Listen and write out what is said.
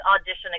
audition